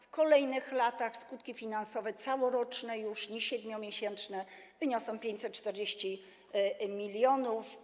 W kolejnych latach skutki finansowe - już całoroczne, nie 7-miesięczne - wyniosą 540 mln.